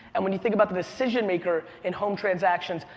and when you think about the decision maker in home transactions,